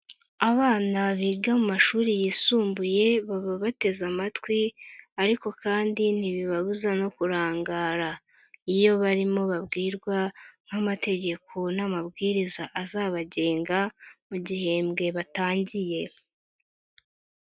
Abana biga mu mashuri yisumbuye baba bateze amatwi ariko kandi ntibibabuza no kurangara, iyo barimo babwirwa nk'amategeko n'amabwiriza azabagenga mu gihembwe batangiye.